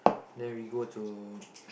then we go to